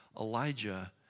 Elijah